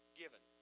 given